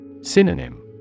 Synonym